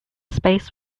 space